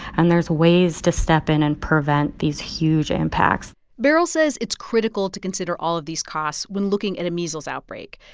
and there's ways to step in and prevent these huge impacts beryl says it's critical to consider all of these costs when looking at a measles outbreak.